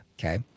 okay